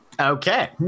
Okay